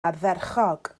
ardderchog